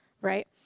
Right